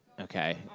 Okay